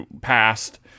passed